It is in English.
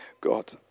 God